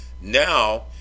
Now